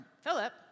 philip